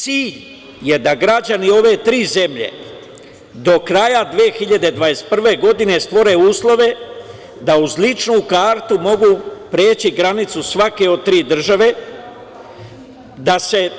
Cilj je da građani ove tri zemlje do kraja 2012. godine stvore uslove da uz ličnu kartu mogu preći granicu svake od tri države, da se